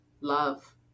love